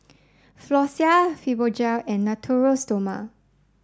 Floxia Fibogel and Natura Stoma